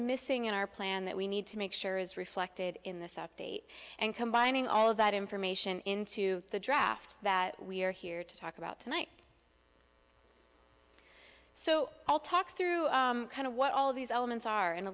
missing in our plan that we need to make sure is reflected in this update and combining all of that information into the draft that we're here to talk about tonight so i'll talk through kind of what all of these elements are and a